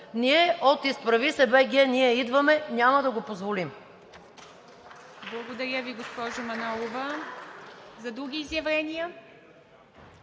Ние от „Изправи се БГ! Ние идваме!“ няма да го позволим!